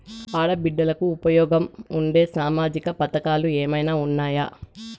ఆడ బిడ్డలకు ఉపయోగం ఉండే సామాజిక పథకాలు ఏమైనా ఉన్నాయా?